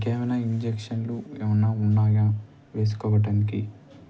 ఇంకేమైనా ఇంజెక్షన్లు ఏమైనా ఉన్నాయా వేసుకోవటానికి